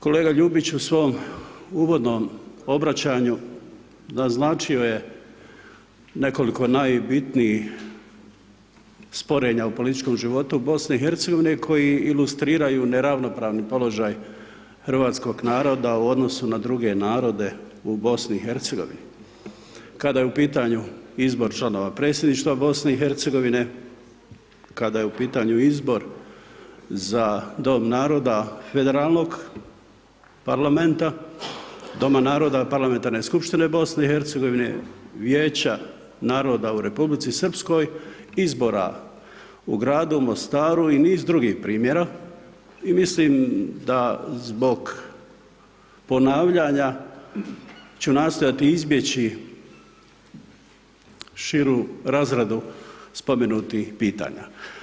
Kolega Ljubić u svom uvodnom obraćanju naznačio je nekoliko najbitnijih sporenja u političkom životu BiH koji ilustriraju neravnopravni položaj hrvatskog naroda u odnosu na druge narode u BiH, kada je u pitanju izbor članova predsjedništva BiH, kada je u pitanju izbor za dob naroda Federalnog Parlamenta, Doma naroda Parlamentarne Skupštine BiH, Vijeća naroda u Republici Srpskoj, izbora u gradu Mostaru i niz drugih primjera i mislim da zbog ponavljanja ću nastojati izbjeći širu razradu spomenutih pitanja.